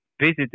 visit